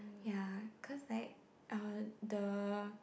ya cause like uh the